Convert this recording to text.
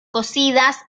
cocidas